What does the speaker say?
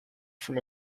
from